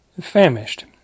famished